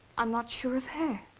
i'm not sure of her.